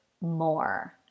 more